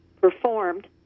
performed